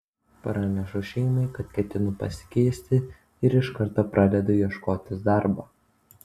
pranešu šeimai kad ketinu pasikeisti ir iš karto pradedu ieškotis darbo